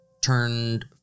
turned